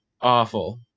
awful